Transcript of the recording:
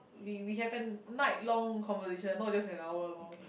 we we have an night long conversation not just an hour long